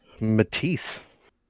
Matisse